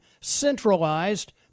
centralized